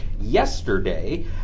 Yesterday